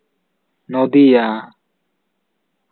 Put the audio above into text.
ᱱᱚᱫᱤᱭᱟ